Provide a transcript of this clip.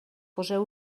poseu